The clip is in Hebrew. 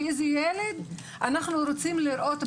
ואיזה ילד אנחנו רוצים לראות בעתיד.